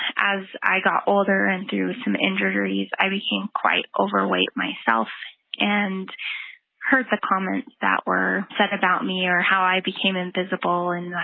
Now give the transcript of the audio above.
as i got older and through some injuries, i became quite overweight myself and heard the comments that were said about me or how i became invisible and,